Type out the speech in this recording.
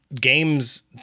games